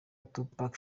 tupac